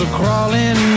crawling